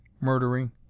murdering